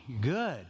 good